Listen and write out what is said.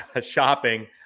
Shopping